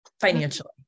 financially